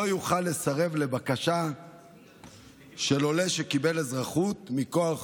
יוכל לסרב לבקשה של עולה שקיבל אזרחות מכוח